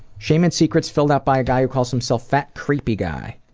shame and secrets, filled out by a guys who calls himself fatcreepyguy,